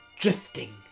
drifting